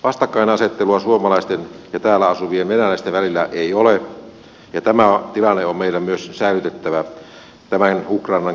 vastakkainasettelua suomalaisten ja täällä asuvien venäläisten välillä ei ole ja tämä tilanne on meillä myös säilytettävä tämän ukrainan kriisinkin yli